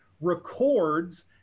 records